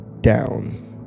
down